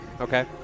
Okay